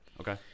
Okay